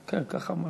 כן, כך אמרתי.